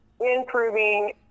improving